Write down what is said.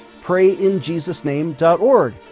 PrayInJesusName.org